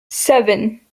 seven